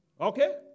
Okay